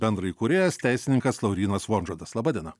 bendraįkūrėjas teisininkas laurynas vonžodas laba diena